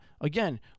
Again